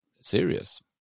serious